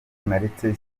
naretse